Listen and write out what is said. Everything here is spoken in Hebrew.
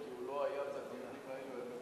התשע"ב 2012,